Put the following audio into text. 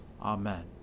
Amen